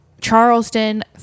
Charleston